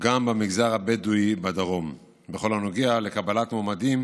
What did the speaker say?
גם במגזר הבדואי בדרום בכל הנוגע לקבלת מועמדים